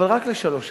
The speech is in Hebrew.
אבל רק לשלוש שנים.